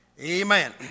Amen